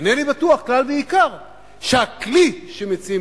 אינני בטוח כלל ועיקר שהכלי שמציעים